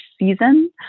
season